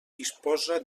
disposa